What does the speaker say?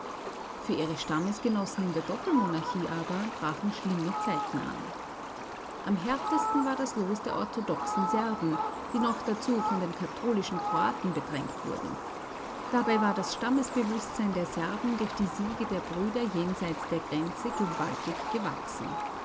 für ihre stammesgenossen in der doppelmonarchie aber brachen schlimme zeiten an am härtesten war das los der orthodoxen serben die noch dazu von den katholischen kroaten bedrängt wurden dabei war das stammesbewußtsein der serben durch die siege der brüder jenseits der grenze gewaltig gewachsen